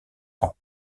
rangs